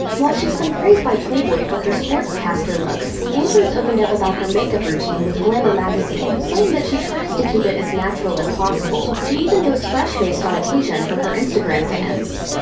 while she's been praised by playboy for her sportscaster looks, andrews opened up about her makeup routine with glamour magazine, saying that she tries to keep it as natural as possible. she even goes fresh-faced on occasion, for her instagram fans.